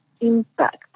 impact